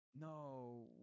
No